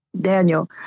Daniel